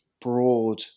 broad